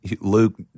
Luke